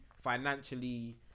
financially